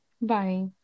Bye